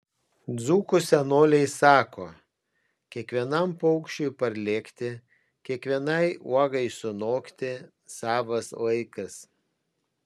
dzūkų senoliai sako kiekvienam paukščiui parlėkti kiekvienai uogai sunokti savas laikas